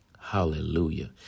Hallelujah